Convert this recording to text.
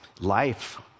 life